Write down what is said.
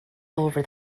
over